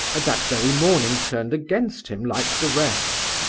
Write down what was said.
had that very morning turned against him like the rest.